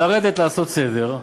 לרדת לעשות סדר,